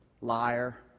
Liar